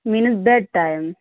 means bed time